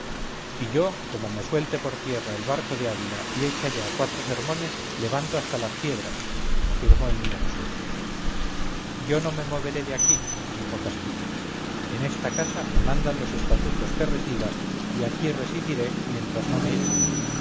y yo como me suelte por tierra del barco de ávila y eche allá cuatro sermones levanto hasta las piedras afirmó el niño jesús yo no me moveré de aquí dijo castillo en esta casa me mandan los estatutos que resida y aquí residiré mientras no me echen